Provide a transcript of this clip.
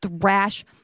thrash